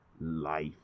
life